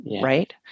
Right